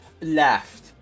Left